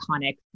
iconic